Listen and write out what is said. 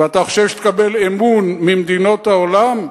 אתה חושב שתקבל אמון ממדינות העולם?